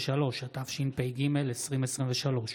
התשפ"ג 2023,